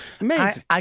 Amazing